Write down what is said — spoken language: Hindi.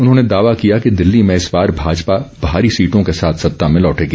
उन्होंने दावा किया कि दिल्ली में इस बार भाजपा भारी सीटों के साथ सत्ता में लौटेगी